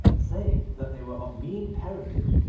saying that they were of mean parentage,